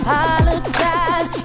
Apologize